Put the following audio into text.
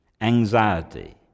Anxiety